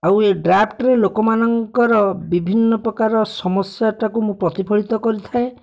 ଆଉ ଏ ଡ୍ରାଫ୍ଟ୍ରେ ଲୋକମାନଙ୍କର ବିଭିନ୍ନ ପ୍ରକାର ସମସ୍ୟାଟାକୁ ପ୍ରତିଫଳିତ କରିଥାଏ